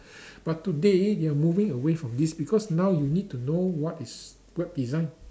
but today they are moving away from this because now you need to know what is web design